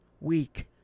weak